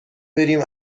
بریم